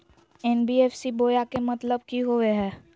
NBFC बोया के मतलब कि होवे हय?